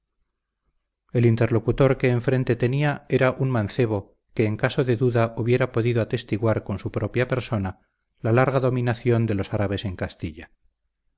el interlocutor que enfrente tenía era un mancebo que en caso de duda hubiera podido atestiguar con su propia persona la larga dominación de los árabes en castilla